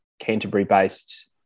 Canterbury-based